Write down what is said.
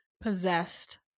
possessed